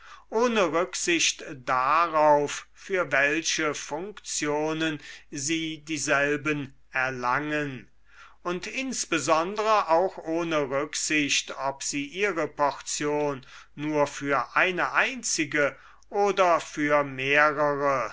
ohne rücksicht darauf für welche funktionen sie dieselben erlangen und insbesondere auch ohne rücksicht ob sie ihre portion nur für eine einzige oder für mehrere